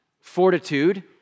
fortitude